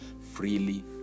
freely